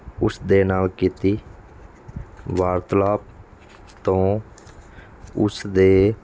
ਉਸਦੇ ਨਾਲ ਕੀਤੀ ਵਾਰਤਾਲਾਪ ਤੋਂ ਉਸਦੇ